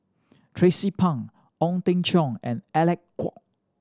Tracie Pang Ong Teng Cheong and Alec Kuok